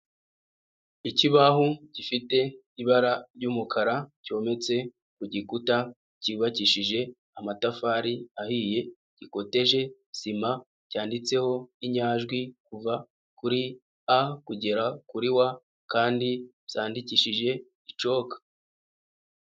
Ikibaho gifite ibara ry'umukara cyometse ku gikuta cyubakishije amatafari ahiye, gikoteje sima cyanditseho inyajwi kuva kuri A kugera kuri W kandi zandikishije icoka.